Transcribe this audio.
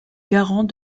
garant